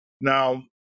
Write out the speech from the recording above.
Now